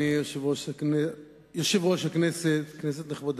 אדוני היושב-ראש, כנסת נכבדה,